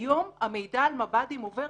כיום המידע על מב"דים עובר